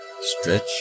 Stretch